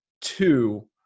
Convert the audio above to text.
Two